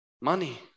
Money